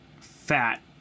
fat